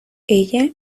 ella